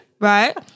right